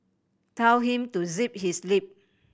tell him to zip his lip